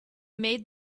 made